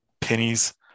pennies